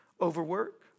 Overwork